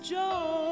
Joe